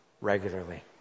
regularly